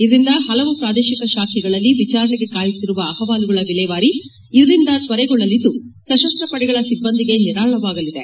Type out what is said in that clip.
ಇದರಿಂದ ಹಲವು ಪೂದೇಶಿಕ ಶಾಖೆಗಳಲ್ಲಿ ವಿಚಾರಣೆಗೆ ಕಾಯುತ್ತಿರುವ ಅಹವಾಲುಗಳ ವಿಲೇವಾರಿ ಇದರಿಂದ ತ್ವರೆಗೊಳ್ಳಲಿದ್ದು ಸಶಸ್ತ ಪಡೆಗಳ ಸಿಬ್ಬಂದಿಗೆ ನಿರಾಳವಾಗಲಿದೆ